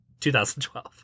2012